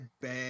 bad